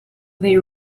they